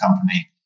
company